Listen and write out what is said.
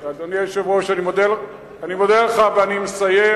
חברים, אדוני היושב-ראש, אני מודה לך, ואני מסיים